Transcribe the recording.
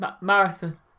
Marathon